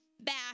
back